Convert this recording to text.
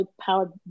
powered